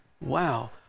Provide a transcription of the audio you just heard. wow